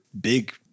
big